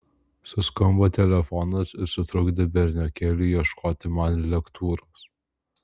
suskambo telefonas ir sutrukdė berniokėliui ieškoti man lektūros